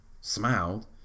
smiled